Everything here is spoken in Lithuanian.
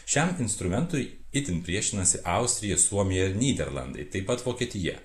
šiam instrumentui itin priešinasi austrija suomija nyderlandai taip pat vokietija